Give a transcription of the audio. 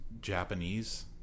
Japanese